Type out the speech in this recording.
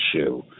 issue